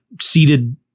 seated